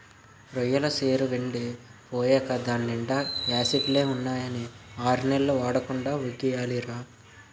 రొయ్యెల సెరువెండి పోయేకా దాన్నీండా యాసిడ్లే ఉన్నాయని ఆర్నెల్లు వాడకుండా వొగ్గియాలిరా